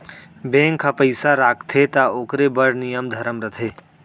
bank ह पइसा राखथे त ओकरो बड़ नियम धरम रथे